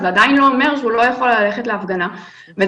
זה עדיין לא אומר שהוא לא יכול ללכת להפגנה וזה